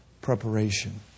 preparation